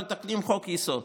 מתקנים חוק-יסוד.